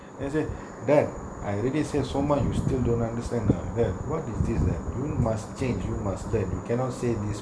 I say dad I already said so much you still don't understand ah dad what is this that you must change you must learn you cannot say this